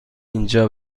اینجا